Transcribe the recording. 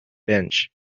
bench